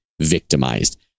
victimized